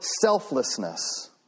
selflessness